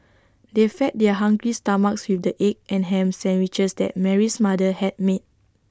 they fed their hungry stomachs with the egg and Ham Sandwiches that Mary's mother had made